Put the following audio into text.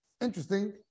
Interesting